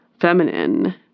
feminine